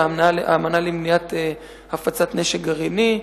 על האמנה למניעת הפצת נשק גרעיני,